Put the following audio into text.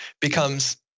becomes